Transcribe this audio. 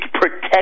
protect